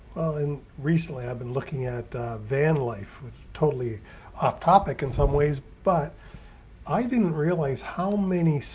well, and recently i've been looking at a van life was totally off topic in some ways, but i didn't realize how many,